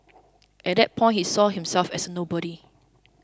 at that point he saw himself as a nobody